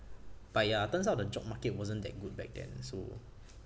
but ya turns out the job market wasn't that good back then so